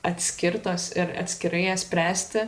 atskirtos ir atskirai jas spręsti